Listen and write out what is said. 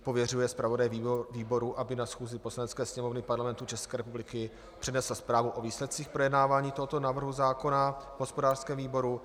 Pověřuje zpravodaje výboru, aby na schůzi Poslanecké sněmovny Parlamentu České republiky přednesl zprávu o výsledcích projednávání tohoto návrhu zákona v hospodářském výboru.